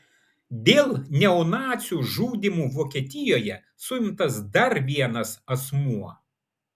dėl neonacių žudymų vokietijoje suimtas dar vienas asmuo